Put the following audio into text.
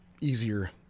easier